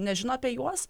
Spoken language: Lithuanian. nežino apie juos